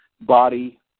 body